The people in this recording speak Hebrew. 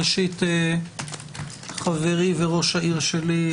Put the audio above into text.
ראשית חברי וראש העיר שלי,